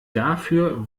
dafür